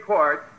Court